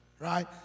right